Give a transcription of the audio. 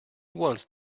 once